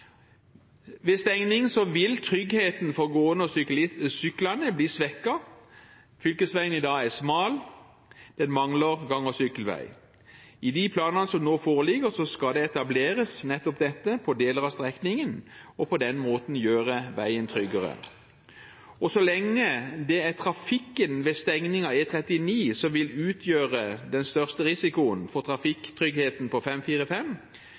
Ved stenging vil tryggheten for gående og syklister bli svekket. Fylkesveien i dag er smal og mangler gang- og sykkelvei. I de planene som nå foreligger, skal det etableres nettopp dette på deler av strekningen, og en vil på den måten gjøre veien tryggere. Så lenge det er trafikken ved stengning av E39 som vil utgjøre den største risikoen for trafikktryggheten på